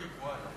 כרמל.